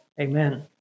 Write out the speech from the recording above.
Amen